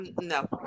No